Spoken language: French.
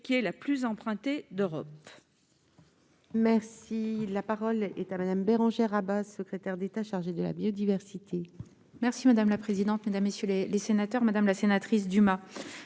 qui reste la plus empruntée d'Europe.